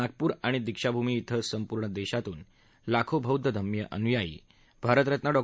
नागपूर आणि दिक्षाभूमी क्रि संपूर्ण देशातून लाखो बौद्ध धम्मीय अनुयायी भारतरत्न डॉ